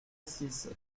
six